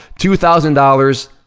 two thousand dollars